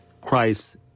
Christ